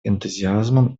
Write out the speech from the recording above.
энтузиазмом